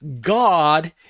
God